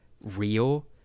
real